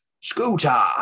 Scooter